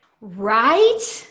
Right